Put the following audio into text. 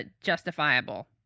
justifiable